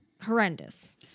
horrendous